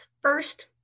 First